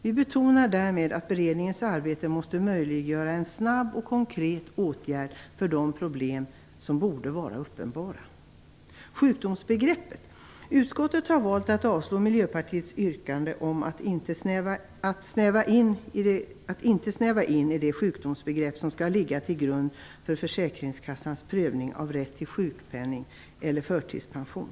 Vi betonar därmed att beredningens arbete måste möjliggöra en snabb och konkret åtgärd mot de problem som borde vara uppenbara. När det gäller sjukdomsbegreppet har utskottet valt att avstyrka Miljöpartiets yrkande om att inte snäva in det sjukdomsbegrepp som skall ligga till grund för försäkringskassans prövning av rätt till sjukpenning eller förtidspension.